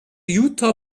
jutta